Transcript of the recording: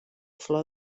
flor